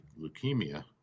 leukemia